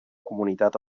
comunitat